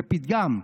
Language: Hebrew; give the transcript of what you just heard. זה פתגם,